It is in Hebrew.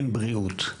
אין בריאות,